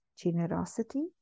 generosity